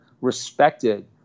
respected